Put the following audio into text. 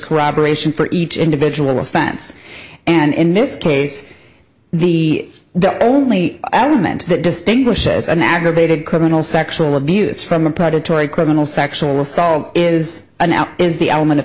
corroboration for each individual offense and in this case the the only adamant that distinguishes an aggravated criminal sexual abuse from a predatory criminal sexual assault is a now is the element of